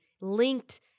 linked